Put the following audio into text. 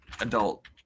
adult